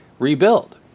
Rebuild